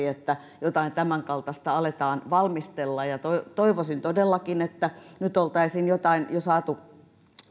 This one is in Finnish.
että jotain tämänkaltaista aletaan valmistella ja toivoisin todellakin että nyt oltaisiin jotain jo saatu